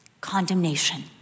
condemnation